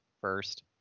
first